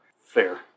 Fair